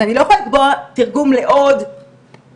אז אני לא יכולה לקבוע תרגום לעוד שעתיים,